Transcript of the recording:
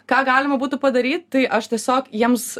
ką galima būtų padaryt tai aš tiesiog jiems